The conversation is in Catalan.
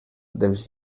dels